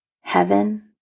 heaven